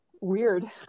Weird